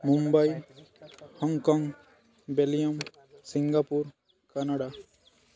Mumbai Hong Kong Belgium Singapore Canada